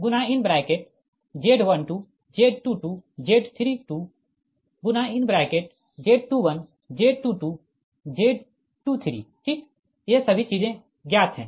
तो ZBUSNEWZBUSOLD 1Z22ZbZ12 Z22 Z32 Z21 Z22 Z23 ठीक ये सभी चीजें ज्ञात है